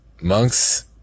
monks